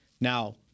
Now